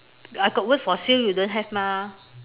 uh I got wait for sale you don't have mah